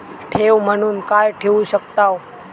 ठेव म्हणून काय ठेवू शकताव?